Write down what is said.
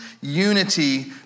unity